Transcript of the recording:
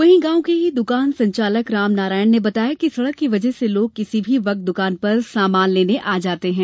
वही गांव के ही दूकान संचालक रामनारायण ने बताया है कि सड़क की वजह से लोग किसी भी वक्त दुकान पर समान लेने आ जाते है